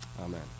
Amen